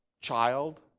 Child